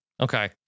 Okay